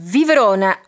Viverone